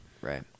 Right